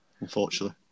unfortunately